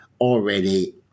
already